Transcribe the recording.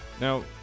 Now